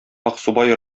аксубай